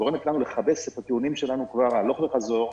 גורמת לנו לכבס את הטיעונים שלנו הלוך וחזור.